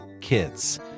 kids